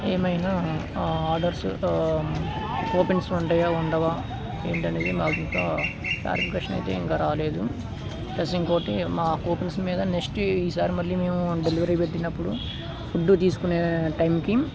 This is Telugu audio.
ఏమైనా ఆర్డర్స్ కూపెన్స్ ఉంటాయా ఉండవా ఏంటి అనేది మాకు ఇంకా క్లారిఫికేషన్ అయితే ఇంకా రాలేదు ప్లస్ ఇంకొకటి మా కూపెన్స్ మీద నెక్స్ట్ ఈసారి మళ్ళీ మేము డెలివరీ పెట్టినప్పుడు ఫుడ్ తీసుకునే టైంకి